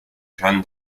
jeanne